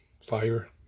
fire